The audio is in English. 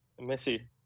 Messi